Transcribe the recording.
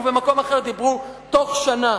ובמקום אחר אמרו בתוך שנה.